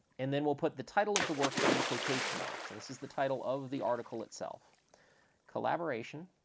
and then we'll put the title of the work in quotation marks. and this is the title of the article itself collaboration